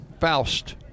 Faust